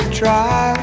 try